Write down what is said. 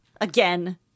Again